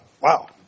Wow